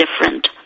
different